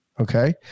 Okay